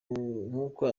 nkuko